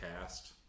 cast